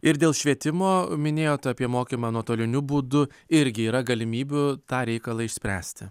ir dėl švietimo minėjot apie mokymą nuotoliniu būdu irgi yra galimybių tą reikalą išspręsti